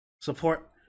support